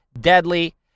deadly